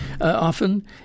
often